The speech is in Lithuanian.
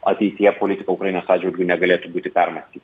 ateityje politika ukrainos atžvilgiu negalėtų būti permąstyta